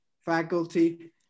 faculty